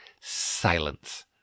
Silence